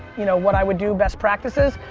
you know what i would do, best practices.